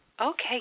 Okay